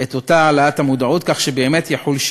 את אותה העלאת מודעות כך שבאמת יחולו